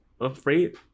afraid